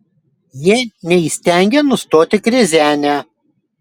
jie neįstengia nustoti krizenę